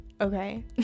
okay